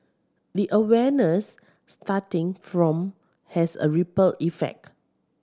the awareness starting from has a ripple effect